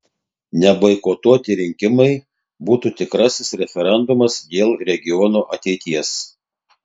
neboikotuoti rinkimai būtų tikrasis referendumas dėl regiono ateities